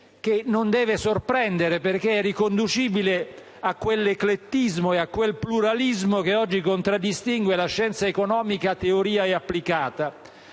che non deve sorprendere perché è riconducibile a quell'eclettismo e a quel pluralismo che oggi contraddistingue la scienza economica, teorica e applicata.